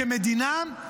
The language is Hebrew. כמדינה,